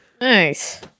Nice